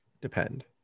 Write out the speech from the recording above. depend